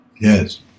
Yes